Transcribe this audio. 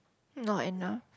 not enough